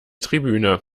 tribüne